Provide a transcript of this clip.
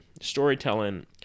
Storytelling